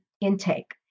intake